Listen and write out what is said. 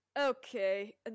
Okay